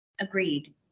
Agreed